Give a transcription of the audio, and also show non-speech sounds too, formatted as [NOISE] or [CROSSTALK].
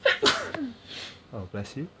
[NOISE]